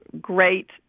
great